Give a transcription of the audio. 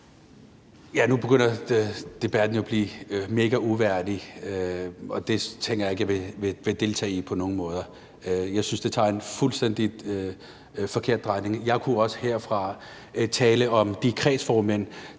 Nu begynder debatten jo at blive megauværdig. Det tænker jeg ikke at jeg vil deltage i på nogen måde. Jeg synes, det tager en fuldstændig forkert drejning. Jeg kunne også herfra tale om de kredsformænd